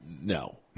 No